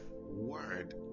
word